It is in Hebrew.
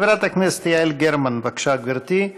חברת הכנסת יעל גרמן, בבקשה, גברתי.